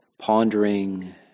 Pondering